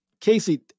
Casey